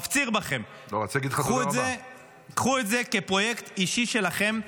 מפציר בכם, קחו את זה כפרויקט אישי שלכם.